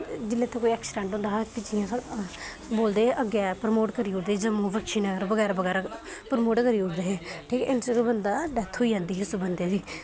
जिसलै कोई एक्सीडेंट होंदा हा जि'यां बोलदे अग्गें बक्शीनगर बगैरा बगैरा प्रमोट करी ओड़दे हे इन्ने चिरें बंदा डैत्थ होई जंदी ही उस बंदे दी